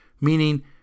meaning